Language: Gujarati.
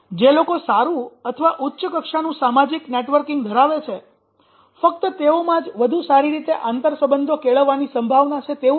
જે લોકો સારું અથવા ઉચ્ચ કક્ષાનું સામાજિક નેટવર્કિંગ ધરાવે છે ફક્ત તેઓમાં જ વધુ સારી રીતે આંતર સંબંધો કેળવવાની સંભાવના છે તેવું નથી